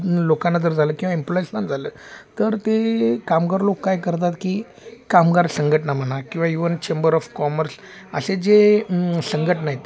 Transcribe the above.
लोकांना जर झालं किंवा इम्प्लॉईजला झालं तर ते कामगार लोक काय करतात की कामगार संघटना म्हणा किंवा इवन चेंबर ऑफ कॉमर्स असे जे संघटना आहेत